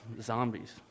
zombies